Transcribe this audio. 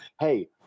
hey